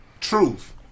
truth